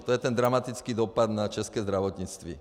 To je ten dramatický dopad na české zdravotnictví.